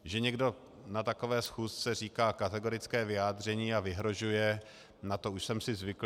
Že někdo na takové schůzce říká kategorické vyjádření a vyhrožuje, na to už jsem si zvykl.